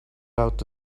out